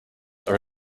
are